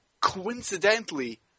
coincidentally